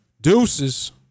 Deuces